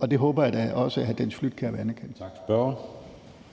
og det håber jeg da også hr. Dennis Flydtkjær vil anerkende. Kl.